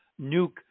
nuke